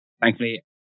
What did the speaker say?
thankfully